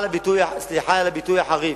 הביטוי, סליחה על הביטוי החריף.